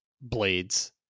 blades